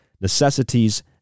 necessities